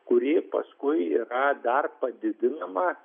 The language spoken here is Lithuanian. kuri paskui yra dar padidinama